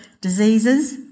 diseases